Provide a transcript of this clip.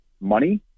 money